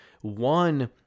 One